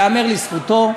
ייאמר לזכותו,